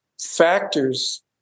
factors